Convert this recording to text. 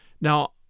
Now